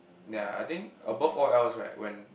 ya I think above all else right when